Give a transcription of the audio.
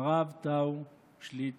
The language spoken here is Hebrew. הרב טאו שליט"א